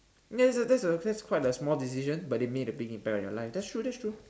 ya that's a that's a that's quite a small decision but it made a big impact on your life that's true that's true